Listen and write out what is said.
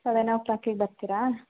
seven ಓ ಕ್ಲಾಕಿಗೆ ಬರ್ತೀರಾ